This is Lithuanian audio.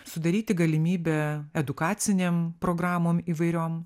sudaryti galimybę edukacinėm programom įvairiom